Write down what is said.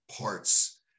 parts